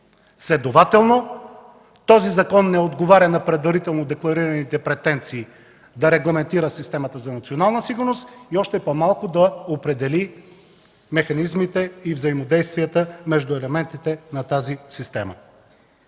Следователно този закон не отговаря на предварително декларираните претенции да регламентира системата за национална сигурност и още по-малко да определи механизмите и взаимодействията между елементите на тази система.